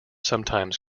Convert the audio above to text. sometimes